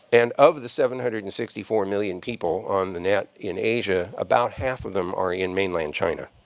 and of the seven hundred and sixty four million people on the net in asia, about half of them are in mainland china.